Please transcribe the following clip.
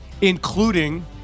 including